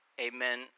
amen